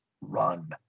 run